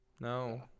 no